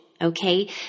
okay